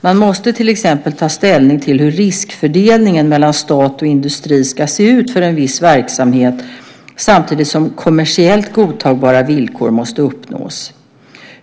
Man måste till exempel ta ställning till hur riskfördelningen mellan stat och industri ska se ut för en viss verksamhet samtidigt som kommersiellt godtagbara villkor måste uppnås.